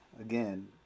again